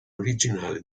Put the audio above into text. originale